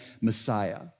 Messiah